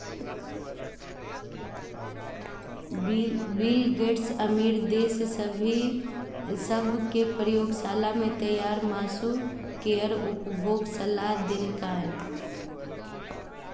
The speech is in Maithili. बिल गेट्स अमीर देश सभ कें प्रयोगशाला मे तैयार मासु केर उपभोगक सलाह देलकैए